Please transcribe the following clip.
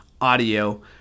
Audio